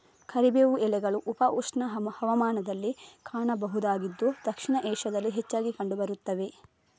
ಕರಿಬೇವು ಎಲೆಗಳು ಉಪ ಉಷ್ಣ ಹವಾಮಾನದಲ್ಲಿ ಕಾಣಬಹುದಾಗಿದ್ದು ದಕ್ಷಿಣ ಏಷ್ಯಾದಲ್ಲಿ ಹೆಚ್ಚಾಗಿ ಕಂಡು ಬರುತ್ತವೆ